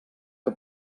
que